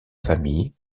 famille